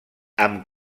amb